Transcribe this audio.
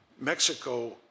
Mexico